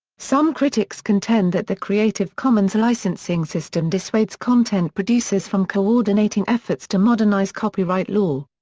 some critics contend that the creative commons licensing system dissuades content producers from coordinating efforts to modernize copyright law.